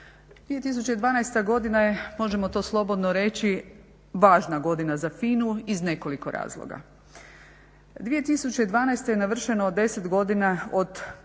2012. godina je možemo to slobodno reći važna godina za FINA-u iz nekoliko razloga. 2012. je navršeno 10 godina od